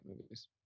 movies